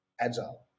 agile